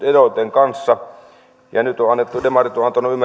kanssa nyt demarit ovat antaneet ymmärtää julkisuuteen